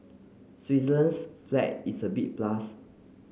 Switzerland's flag is a big plus